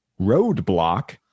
Roadblock